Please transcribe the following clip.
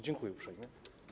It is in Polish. Dziękuję uprzejmie.